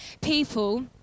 people